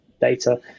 data